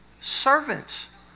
servants